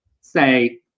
say